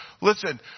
Listen